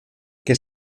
que